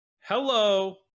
Hello